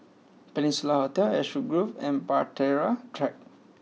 Peninsula Hotel Ashwood Grove and Bahtera Track